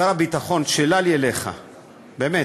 שר הביטחון, שאלה לי אליך, באמת,